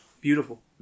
beautiful